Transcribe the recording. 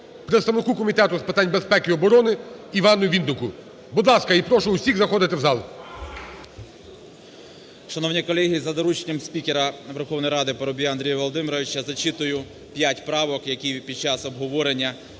представнику Комітету з питань безпеки і оборони Івану Віннику, будь ласка, і прошу усіх заходити в зал. 12:53:25 ВІННИК І.Ю. Шановні колеги, за дорученням спікера Верховної Ради Парубія Андрія Володимировича зачитую п'ять правок, які під час обговорення